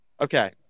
Okay